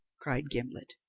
cried gimblet.